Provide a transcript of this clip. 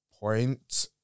point